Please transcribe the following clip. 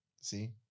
See